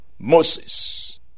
moses